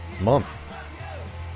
month